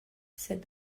said